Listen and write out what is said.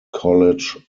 college